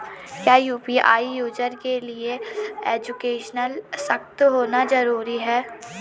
क्या UPI user के लिए एजुकेशनल सशक्त होना जरूरी है?